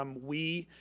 um we,